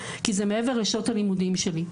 כי זה מעבר לשעות הלימודים שלי.